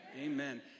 Amen